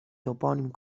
topònim